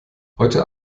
heute